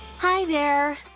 hi there,